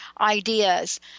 ideas